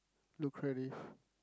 lucrative